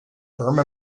burma